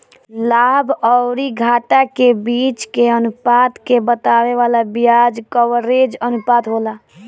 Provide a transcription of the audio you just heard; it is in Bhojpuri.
लाभ अउरी घाटा के बीच के अनुपात के बतावे वाला बियाज कवरेज अनुपात होला